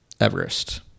Everest